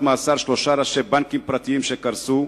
מאסר שלושה ראשי בנקים פרטיים שקרסו,